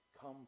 come